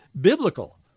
biblical